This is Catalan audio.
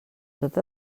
tot